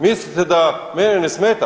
Mislite da mene ne smeta?